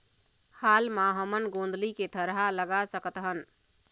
हाल मा हमन गोंदली के थरहा लगा सकतहन?